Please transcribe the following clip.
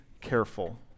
careful